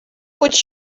would